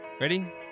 ready